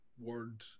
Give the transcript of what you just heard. word